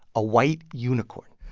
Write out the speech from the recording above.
a white unicorn.